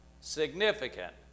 Significant